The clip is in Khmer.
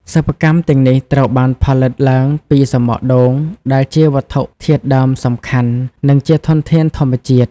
សិប្បកម្មទាំងនេះត្រូវបានផលិតឡើងពី សំបកដូង ដែលជាវត្ថុធាតុដើមសំខាន់ និងជាធនធានធម្មជាតិ។